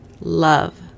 love